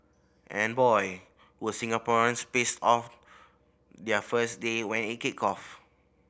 and boy were Singaporeans pissed on their first day when it kicked off